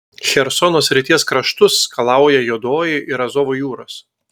chersono srities kraštus skalauja juodoji ir azovo jūros